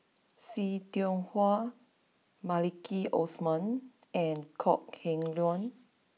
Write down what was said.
see Tiong Wah Maliki Osman and Kok Heng Leun